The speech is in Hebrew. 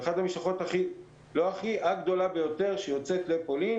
זאת המשלחת הגדולה ביותר שיוצאת לפולין.